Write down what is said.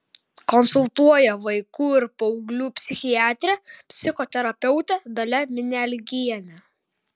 konsultuoja vaikų ir paauglių psichiatrė psichoterapeutė dalia minialgienė